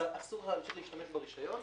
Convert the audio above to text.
אז אסור לך להמשיך ולהשתמש ברישיון.